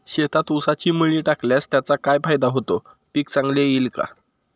शेतात ऊसाची मळी टाकल्यास त्याचा काय फायदा होतो, पीक चांगले येईल का?